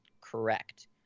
correct